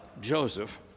Joseph